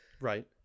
Right